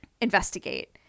investigate